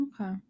okay